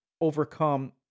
overcome